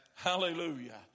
Hallelujah